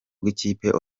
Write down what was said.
bw’ikipe